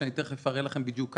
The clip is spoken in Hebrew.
שתכף אראה לכם בדיוק כמה,